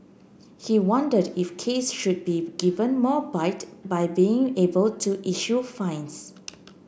he wondered if case should be given more bite by being able to issue fines